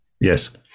yes